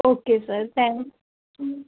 okay sir thank you